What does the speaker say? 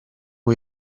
con